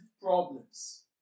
problems